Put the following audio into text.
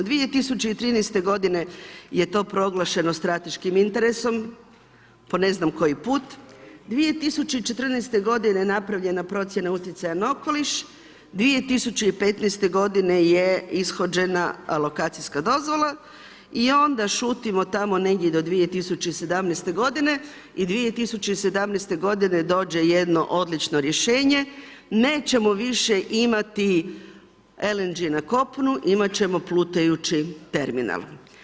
2013. godine je to proglašeno strateškim interesom, po ne znam koji put, 2014. godine napravljena procjena utjecaja na okoliš, 2015. godine je ishođena lokacijska dozvola i onda šutimo tamo negdje do 2017. godine i 2017. godine dođe jedno odlično rješenje nećemo više imati LNG na kopnu, imat ćemo plutajući terminal.